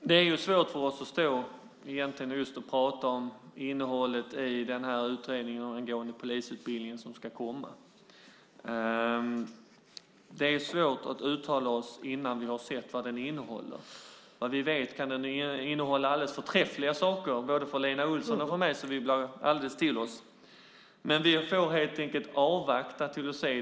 Fru talman! Det är svårt för oss att stå och prata om innehållet i den utredning om polisutbildningen som ska komma. Det är svårt för oss att uttala oss innan vi har sett vad den innehåller. Den kan komma att innehålla alldeles förträffliga saker både för Lena Olsson och för mig, så att vi blir alldeles till oss. Men vi får helt enkelt avvakta detta.